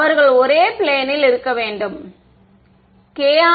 அவர்கள் ஒரே பிளேன்ல் இருக்க வேண்டும் மாணவர் ஆம்